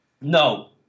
No